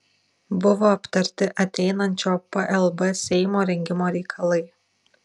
buvo aptarti ateinančio plb seimo rengimo reikalai